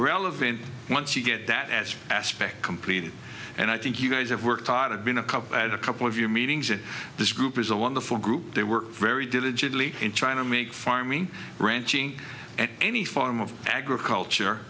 relevant once you get that as aspect completed and i think you guys have worked hard been a couple had a couple of your meetings that this group is a wonderful group they work very diligently in trying to make farming ranching and any form of agriculture